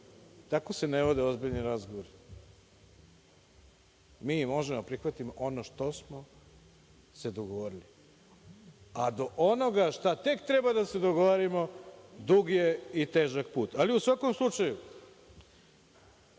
Tako se ne vode ozbiljni razgovori. Mi možemo da prihvatimo ono što smo se dogovorili, a do onoga šta tek treba da se dogovorimo, dug je i težak put. Ali, u svakom slučaju,